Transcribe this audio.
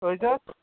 أزۍ حظ